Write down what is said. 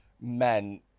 men